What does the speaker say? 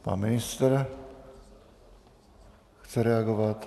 Pan ministr chce reagovat.